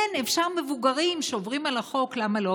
כן, אפשר מבוגרים שעוברים על החוק, למה לא?